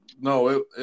no